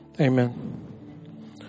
Amen